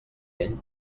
ell